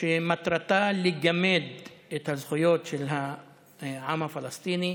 שמטרתה לגמד את הזכויות של העם הפלסטיני,